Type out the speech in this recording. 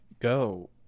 go